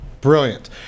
Brilliant